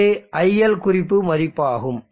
இது iL குறிப்பு மதிப்பாகும்